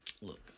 Look